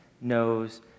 knows